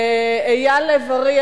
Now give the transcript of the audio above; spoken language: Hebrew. לאייל לב-ארי,